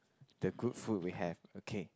the good food we have okay